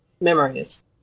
memories